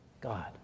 God